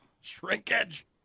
Shrinkage